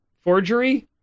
forgery